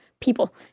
people